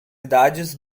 idades